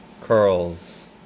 curls